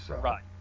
Right